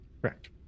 Correct